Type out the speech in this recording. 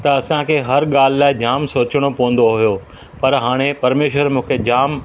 त असांखे हर ॻाल्हि लाइ जाम सोचिणो पवंदो हुयो पर हाणे परमेश्वर मूंखे जाम